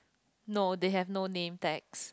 no they have no name tags